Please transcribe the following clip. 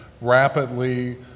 rapidly